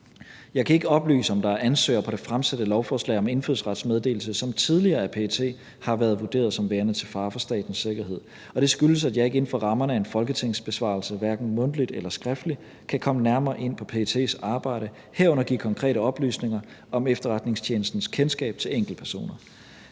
Jeg kan ikke oplyse, om der er ansøgere på det fremsatte lovforslag om indfødsrets meddelelse, som tidligere af PET har været vurderet som værende til fare for statens sikkerhed, og det skyldes, at jeg ikke inden for rammerne af en folketingsbesvarelse – hverken mundtligt eller skriftligt – kan komme nærmere ind på PET's arbejde, herunder give konkrete oplysninger om efterretningstjenestens kendskab til enkeltpersoner.